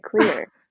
clear